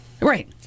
Right